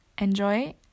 enjoy